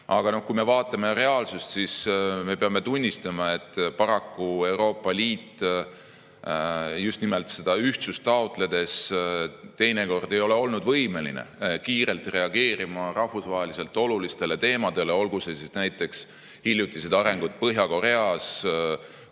Aga kui me vaatame reaalsust, siis me peame tunnistama, et paraku Euroopa Liit just nimelt seda ühtsust taotledes teinekord ei ole olnud võimeline kiirelt reageerima rahvusvaheliselt olulistele teemadele, olgu hiljutised sündmused Põhja-Koreas